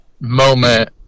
moment